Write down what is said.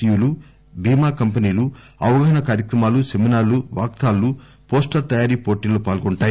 you లు బీమా కంపెనీలు అవగాహన కార్యక్రమాలు సెమినార్లు వాక్ థాన్ లు పోస్టర్ తయారీ పోటీల్లో పాల్గొంటాయి